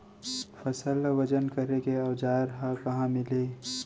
फसल ला वजन करे के औज़ार हा कहाँ मिलही?